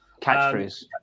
catchphrase